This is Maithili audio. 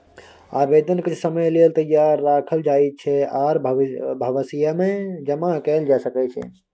आबेदन किछ समय लेल तैयार राखल जाइ छै आर भविष्यमे जमा कएल जा सकै छै